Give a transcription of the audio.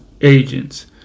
agents